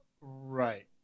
Right